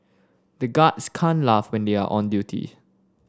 the guards can't laugh when they are on duty